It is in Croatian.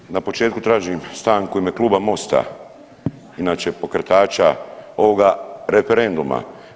Odmah na početku tražim stanku u ime Kluba MOST-a inače pokretača ovoga referenduma.